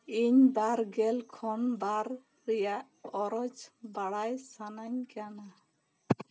ᱤᱧ ᱵᱟᱨᱜᱮᱞ ᱠᱷᱚᱱ ᱵᱟᱨ ᱨᱮᱭᱟᱜ ᱚᱨᱚᱡᱽ ᱵᱟᱲᱟᱭ ᱥᱟᱱᱟᱧ ᱠᱟᱱᱟ